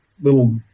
little